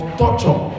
torture